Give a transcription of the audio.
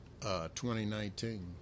2019